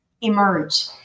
emerge